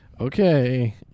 Okay